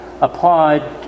applied